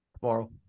tomorrow